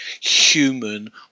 human